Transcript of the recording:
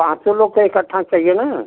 पाँच सौ लोग के इकट्ठा चाहिए ना